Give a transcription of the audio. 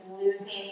losing